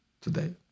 today